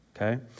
okay